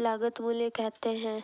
लागत मूल्य कहते हैं